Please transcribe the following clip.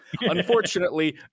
unfortunately